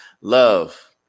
Love